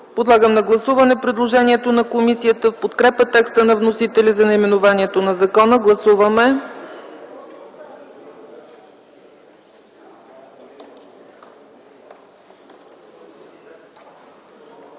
Подлагам на гласуване предложението на комисията в подкрепа текста на вносителя за наименованието на закона. Гласували